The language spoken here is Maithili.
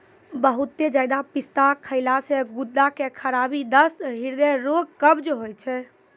बहुते ज्यादा पिस्ता खैला से गुर्दा के खराबी, दस्त, हृदय रोग, कब्ज होय छै